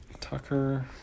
Tucker